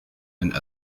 and